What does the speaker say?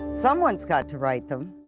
someone's got to write them.